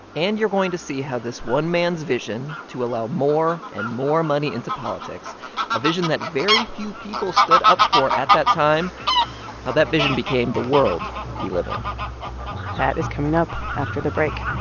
and you're going to see how this one man's vision to allow more and more money into politics a vision that very few people stood up for at that time how that vision became the world we live in that is coming up after the break